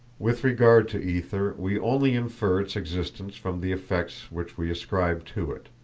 with regard to ether we only infer its existence from the effects which we ascribe to it.